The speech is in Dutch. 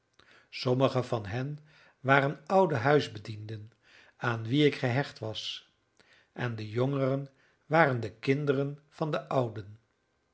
sommigen van hen waren oude huisbedienden aan wie ik gehecht was en de jongeren waren de kinderen van de ouden